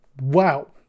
Wow